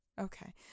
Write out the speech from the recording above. Okay